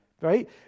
right